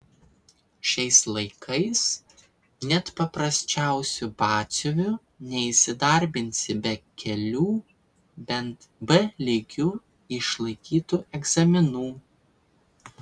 šiais laikais net paprasčiausiu batsiuviu neįsidarbinsi be kelių bent b lygiu išlaikytų egzaminų